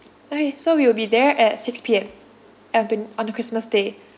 okay so we will be there at six P_M on twen~ on a christmas day